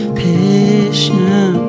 patient